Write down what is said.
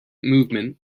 movement